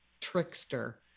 trickster